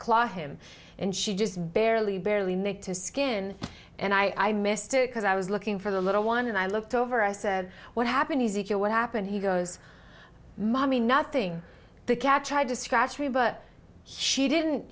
claw him and she just barely barely need to skin and i missed it because i was looking for the little one and i looked over i said what happens if you're what happened he goes mommy nothing they kept trying to scratch me but she didn't